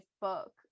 book